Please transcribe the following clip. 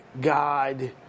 God